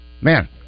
Man